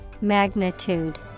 magnitude